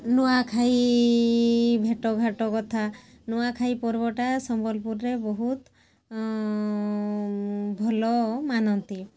ନୂଆଁଖାଇ ଭେଟ୍ଘାଟ୍ କଥା ନୂଆଁଖାଇ ପର୍ବଟା ସମ୍ବଲପୁରରେ ବହୁତ ଭଲ ମାନନ୍ତି